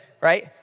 right